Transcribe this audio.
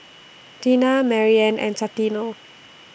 Dina Maryanne and Santino